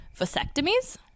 vasectomies